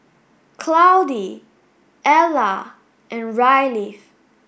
Claudie Alla and Ryleigh